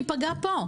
ניפגע פה.